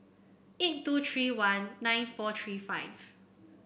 eight two three one nine four three five